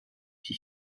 die